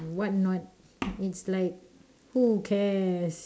what not it's like who cares